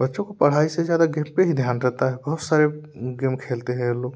बच्चों को पढ़ाई से जादा गेम पर ही ध्यान रहता है बहुत सारे गेम खेलते हैं ये लोग